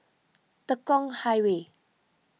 Tekong Highway